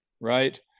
right